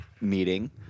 meeting